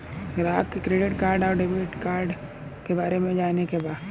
ग्राहक के credit card और डेविड कार्ड के बारे में जाने के बा?